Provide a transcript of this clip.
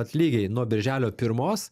vat lygiai nuo birželio pirmos